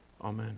Amen